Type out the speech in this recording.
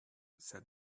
said